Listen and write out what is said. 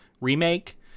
remake